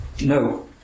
no